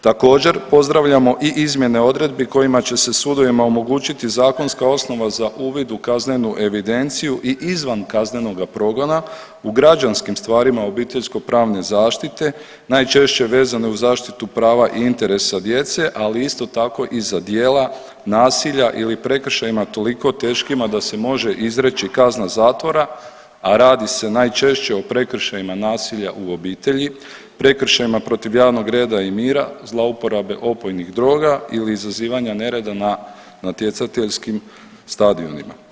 Također pozdravljamo i izmjene odredbi kojima će se sudovima omogućiti zakonska osnova za uvid u kaznenu evidenciju i izvan kaznenoga progona u građanskim stvarima obiteljsko pravne zaštite najčešće vezane uz zaštitu prava i interesa djece, ali isto tako i za djela nasilja ili prekršajima toliko teškima da se može izreći kazna zatvora, a radi se najčešće o prekršajima nasilja u obitelji, prekršajima protiv javnog reda i mira, zlouporabe opojnih droga ili izazivanja nereda na natjecateljskim stadionima.